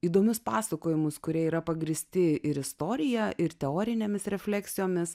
įdomius pasakojimus kurie yra pagrįsti ir istorija ir teorinėmis refleksijomis